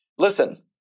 Listen